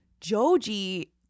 joji